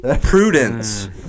Prudence